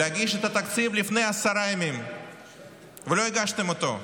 להגיש את התקציב לפני עשרה ימים ולא הגשתם אותו.